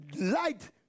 Light